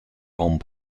home